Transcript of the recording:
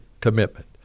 commitment